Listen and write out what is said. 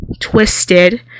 twisted